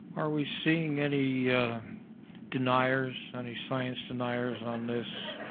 are we seeing any deniers any science deniers on this?